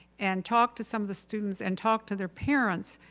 and talked to some of the students and talked to their parents,